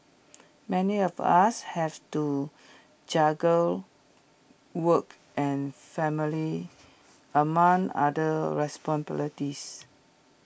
many of us have to juggle work and family among other responsibilities